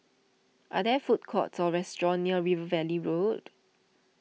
are there food courts or restaurants near River Valley Road